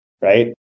right